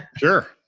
sure.